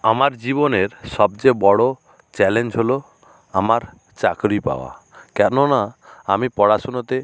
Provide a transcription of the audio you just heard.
আমার জীবনের সবচেয়ে বড় চ্যালেঞ্জ হলো আমার চাকরি পাওয়া কেননা আমি পড়াশুনোতে